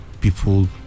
people